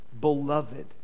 beloved